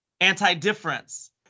anti-difference